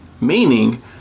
Meaning